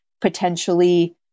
potentially